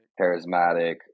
charismatic